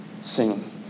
singing